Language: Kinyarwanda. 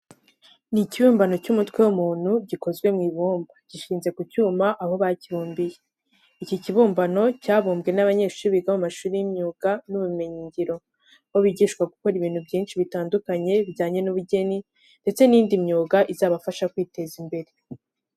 Ni ikibumbano cy'umutwe w'umuntu gikozwe mu ibumba, gishinze ku cyuma aho bakibumbiye. Iki kibimbano cyabumbwe n'abanyeshuri biga mu mashuri y'imyuga n'ubumenyingiro, aho bigishwa gukora ibintu byinshi bitandukanye bijyanye n'ubugeni ndetse n'iyindi myuga izabafasha kwiteza imbere.